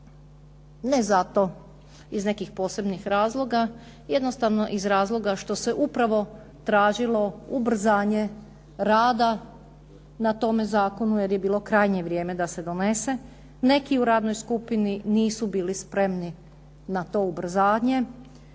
Ne zato iz nekih posebnih razloga, jednostavno iz razloga što se upravo tražilo ubrzanje rada na tome zakonu jer je bilo krajnje vrijeme da se donese. Neki u radnoj skupini nisu bili spremni na to ubrzanje